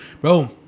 Bro